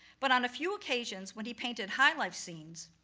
but on a few occasions when he painted high life scenes,